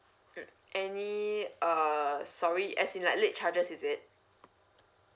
mm any uh sorry as in like late charges is it